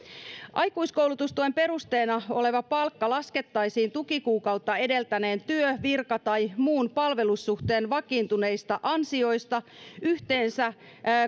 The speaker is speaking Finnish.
aikuiskoulutustuen perusteena oleva palkka laskettaisiin tukikuukautta edeltäneen työ virka tai muun palvelussuhteen vakiintuneista ansioista yhteensä